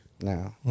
No